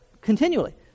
continually